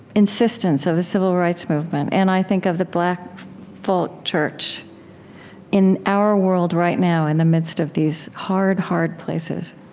insistence, of the civil rights movement, and i think of the black folk church in our world right now, in the midst of these hard, hard places